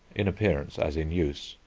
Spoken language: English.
in appearance as in use,